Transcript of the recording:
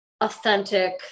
authentic